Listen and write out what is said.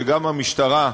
וגם המשטרה,